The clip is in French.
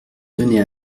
donnée